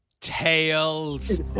Tails